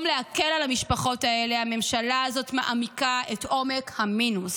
במקום להקל על המשפחות האלה הממשלה הזאת מגדילה את עומק המינוס,